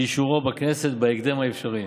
לאישורו בכנסת בהקדם האפשרי.